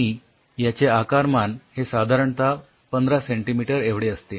आणि याचे आकारमान हे साधारणतः १५ सेंटिमीटर एवढे असते